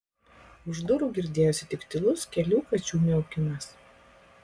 už durų girdėjosi tik tylus kelių kačių miaukimas